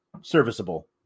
Serviceable